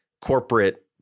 corporate